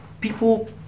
People